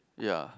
ya